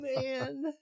man